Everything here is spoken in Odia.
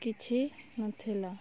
କିଛି ନ ଥିଲା